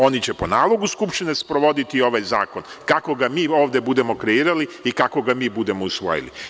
Oni će po nalogu Skupštine sprovoditi ovaj zakon kako ga mi ovde budemo kreirali i kako ga mi budemo usvojili.